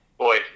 Boy